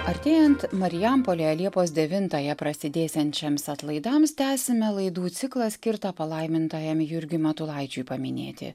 artėjant marijampolėje liepos devintąją prasidėsiančiems atlaidams tęsime laidų ciklą skirtą palaimintajam jurgiui matulaičiui paminėti